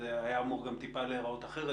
זה היה אמור גם להיראות טיפה אחרת.